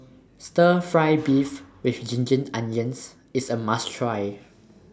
Stir Fry Beef with Ginger Onions IS A must Try